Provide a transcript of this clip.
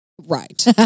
Right